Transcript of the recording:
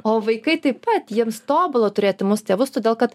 o vaikai taip pat jiems tobula turėti mus tėvus todėl kad